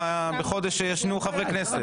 כמה חברי כנסת לנו במשך חודש בבית מלון.